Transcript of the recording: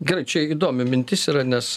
gerai čia įdomi mintis yra nes